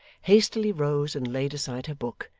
hastily rose and laid aside her book,